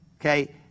Okay